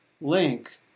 link